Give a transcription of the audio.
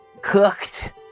cooked